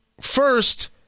first